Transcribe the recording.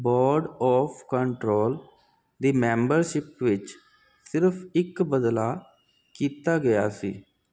board of control ਦੀ membership ਵਿੱਚ ਸਿਰਫ਼ ਇੱਕ ਬਦਲਾਅ ਕੀਤਾ ਗਿਆ ਸੀ